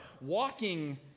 walking